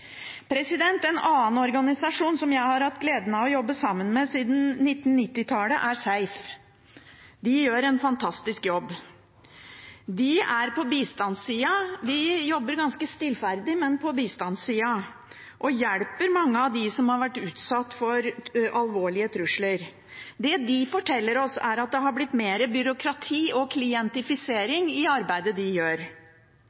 En annen organisasjon som jeg har hatt gleden av å jobbe sammen med siden 1990-tallet, er SEIF. De gjør en fantastisk jobb. De er på bistandssiden. De jobber ganske stillferdig, men på bistandssiden, og hjelper mange av dem som har vært utsatt for alvorlige trusler. Det de forteller oss, er at det har blitt mer byråkrati og